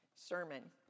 sermon